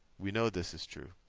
we know this is true.